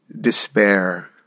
despair